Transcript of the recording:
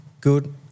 good